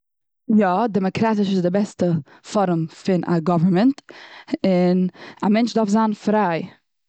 יא, דעמעקראטיש איז די בעסטע פארעם פון א גאווערנמענט. און א מענטש דארף זיין פריי.